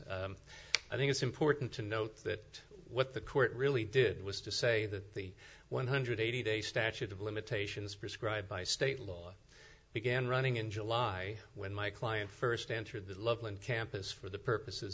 limitations i think it's important to note that what the court really did was to say that the one hundred eighty day statute of limitations prescribed by state law began running in july when my client first entered the loveland campus for the purposes